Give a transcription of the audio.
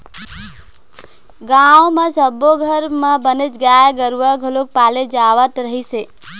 गाँव म सब्बो घर म बनेच गाय गरूवा घलोक पाले जावत रहिस हे